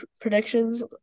predictions